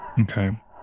Okay